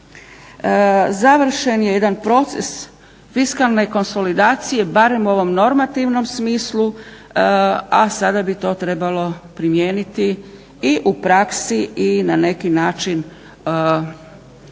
završen je jedan proces fiskalne konsolidacije barem u ovom normativnom smislu, a sada bi to trebalo primijeniti i u praksi i na neki način učiniti